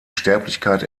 sterblichkeit